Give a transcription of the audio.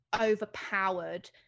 overpowered